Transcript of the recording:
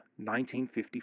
1954